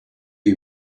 you